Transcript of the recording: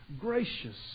Gracious